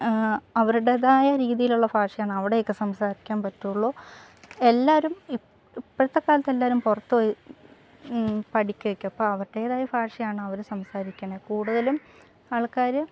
അവരുടെതായ രീതിയിലുള്ള ഭാഷയാണ് അവിടെയൊക്കെ സംസാരിക്കാൻ പറ്റുള്ളൂ എല്ലാവരും ഇപ്പം ഇപ്പോഴത്തെ കാലത്ത് എല്ലാവരും പുറത്തുപോയി പഠിക്കുകയൊക്കെ അപ്പോൾ അവരുടേതായ ഭാഷയാണ് അവർ സംസാരിക്കണേ കൂടുതലും ആൾക്കാർ